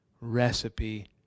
recipe